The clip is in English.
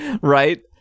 Right